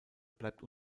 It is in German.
bleibt